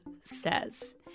says